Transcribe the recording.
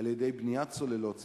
על-ידי בניית סוללות סביבן.